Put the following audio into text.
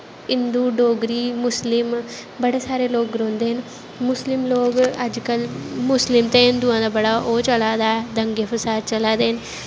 हिन्दू डोगरी मुसलिम बड़े सारे लोग रौंह्दे न मुस्लिम लोग अज्ज कल मुस्लिम ते हिन्दुएँ दे बड़े दंगे फसाद चला दे न